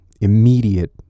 immediate